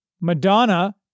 Madonna